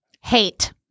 hate